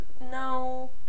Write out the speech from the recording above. No